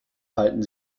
halten